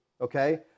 Okay